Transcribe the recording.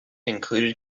included